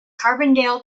carbondale